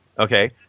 okay